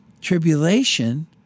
tribulation